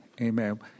Amen